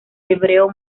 hebreo